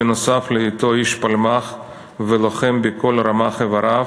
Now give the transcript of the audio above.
נוסף על היותו איש פלמ"ח ולוחם בכל רמ"ח איבריו,